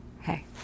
Hey